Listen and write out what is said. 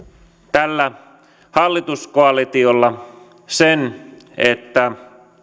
tällä hallituskoalitiolla sen että